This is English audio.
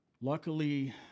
Luckily